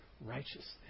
righteousness